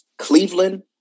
Cleveland